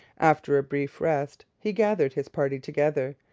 after a brief rest, he gathered his party together,